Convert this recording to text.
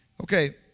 Okay